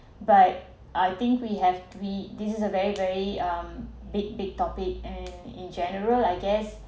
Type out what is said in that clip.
but I think we have we this is a very very um big big topic and in general I guess